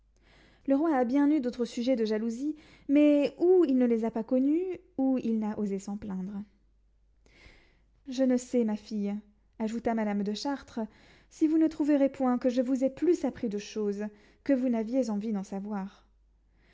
le roi a bien eu d'autres sujets de jalousie mais ou il ne les a pas connus ou il n'a osé s'en plaindre je ne sais ma fille ajouta madame de chartres si vous ne trouverez point que je vous ai plus appris de choses que vous n'aviez envie d'en savoir